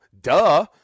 Duh